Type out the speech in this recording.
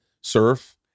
surf